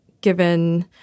given